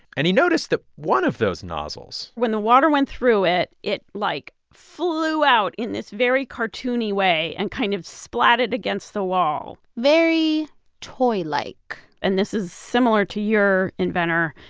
and he noticed that one of those nozzles. when the water went through it, it, like, flew out in this very cartoony way and kind of splatted against the wall very toy-like and this is similar to your inventor.